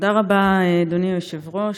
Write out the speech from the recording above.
תודה רבה, אדוני היושב-ראש.